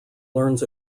learns